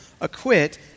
acquit